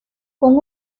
con